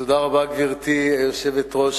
גברתי היושבת-ראש,